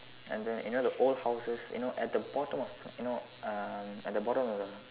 and then you know the old houses you know at the bottom of you know um at the bottom of the